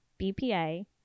BPA